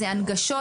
זה הנגשות: